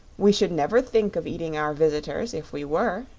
we should never think of eating our visitors, if we were,